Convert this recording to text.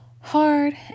hard